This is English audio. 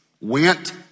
went